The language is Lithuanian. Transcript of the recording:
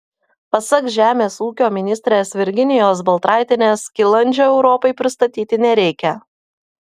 pasak žemės ūkio ministrės virginijos baltraitienės skilandžio europai pristatyti nereikia